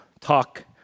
talk